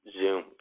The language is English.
Zoom